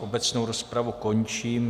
Obecnou rozpravu končím.